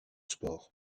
sports